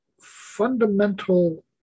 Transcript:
fundamental